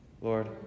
Lord